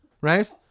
right